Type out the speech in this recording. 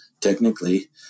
technically